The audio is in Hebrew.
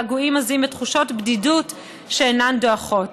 בגעגועים עזים ותחושות בדידות שאינן דועכות.